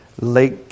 lake